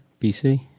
BC